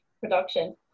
Production